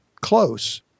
close